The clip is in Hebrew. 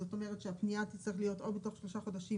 זאת אומרת שהפנייה תצטרך להיות או בתוך 3 חודשים